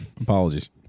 Apologies